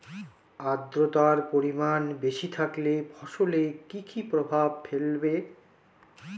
আদ্রর্তার পরিমান বেশি থাকলে ফসলে কি কি প্রভাব ফেলবে?